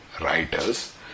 writers